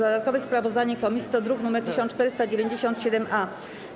Dodatkowe sprawozdanie komisji to druk nr 1497-A.